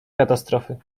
katastrofy